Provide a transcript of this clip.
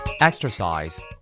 Exercise